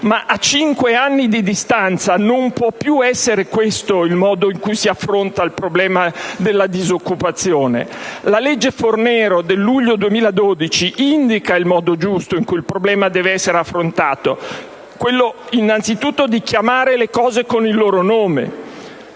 ma a cinque anni di distanza non può più essere questo il modo in cui si affronta il problema della disoccupazione. La cosiddetta legge Fornero del luglio 2012 indica il modo giusto in cui il problema deve essere affrontato, quello innanzitutto di chiamare le cose con il loro nome: